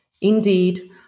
Indeed